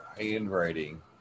handwriting